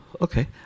okay